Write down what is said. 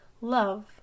Love